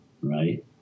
right